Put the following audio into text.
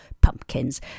pumpkins